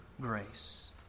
grace